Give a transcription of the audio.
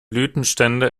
blütenstände